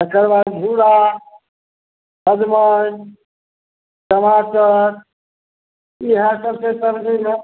तकर बाद घ्युरा सजमनि टमाटर इहए सब छै सब्जीमे